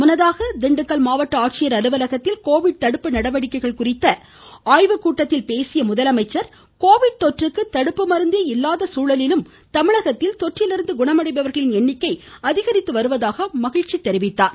முன்னதாக மாவட்ட ஆட்சியர் அலுவலகத்தில் கோவிட் தடுப்பு நடவடிக்கைகள் குறித்த ஆய்வுக்கூட்டத்தில் பேசிய அவர் கோவிட் தொற்றுக்கு தடுப்பு மருந்தே இல்லாத சூழலிலும் தமிழகத்தில் தொற்றிலிருந்து குணமடைபவர்களின் எண்ணிக்கை அதிகரித்து வருவதாக மகிழ்ச்சி எடுத்துரைத்தார்